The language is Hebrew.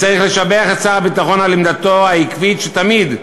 צריך לשבח את שר הביטחון על עמדתו העקבית, שתמיד,